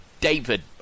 David